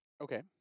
Okay